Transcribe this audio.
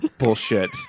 bullshit